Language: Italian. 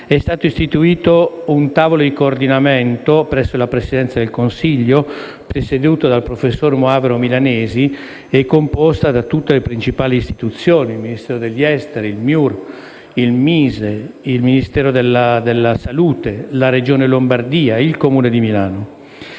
è stato istituito un tavolo di coordinamento presso la Presidenza del Consiglio, presieduta dal professor Moavero Milanesi e composta da tutte le principali istituzioni: il Ministero per gli affari esteri, il MIUR, il MISE, il Ministero della salute, la Regione Lombardia e il Comune di Milano.